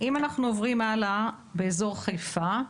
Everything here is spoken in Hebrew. אם אנחנו עוברים הלאה לאזור חיפה: